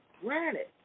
granted